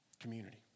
community